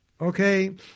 Okay